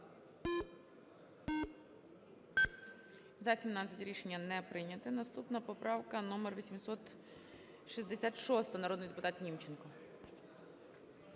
За-39 Рішення не прийнято. Наступна поправка - номер 869, народний депутат Німченко.